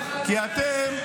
כי אתם,